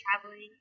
traveling